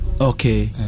Okay